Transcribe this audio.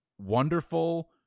Wonderful